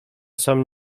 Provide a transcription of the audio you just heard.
sam